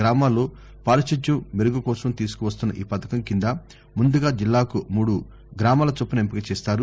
గామాల్లో పారిశుద్యం మెరుగుకోసం తీసుకువస్తున్న ఈ పథకం కింద ముందుగా జిల్లాకు మూడు గ్రామాల చొప్పున ఎంపిక చేస్తారు